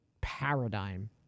paradigm